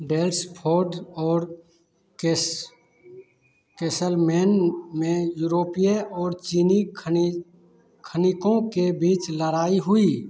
Daylesford और कैस Castlemaine में यूरोपीय और चीनी खनिकों के बीच लड़ाई हुई